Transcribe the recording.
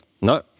No